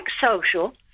Social